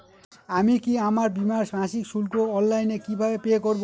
আমি কি আমার বীমার মাসিক শুল্ক অনলাইনে কিভাবে পে করব?